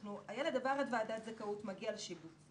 הילד עבר את ועדת הזכאות, מגיע לשיבוץ.